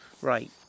Right